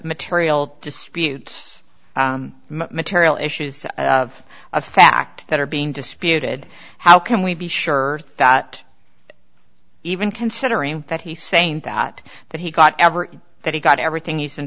material disputes material issues of a fact that are being disputed how can we be sure thought even considering that he's saying that that he got ever that he got everything he's